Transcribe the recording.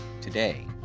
Today